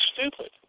stupid